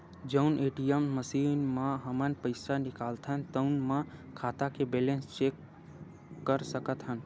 जउन ATM machine म हमन पइसा निकालथन तउनो म खाता के बेलेंस चेक कर सकत हन